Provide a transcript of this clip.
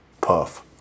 puff